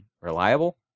Reliable